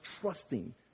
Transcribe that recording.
trusting